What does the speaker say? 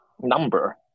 number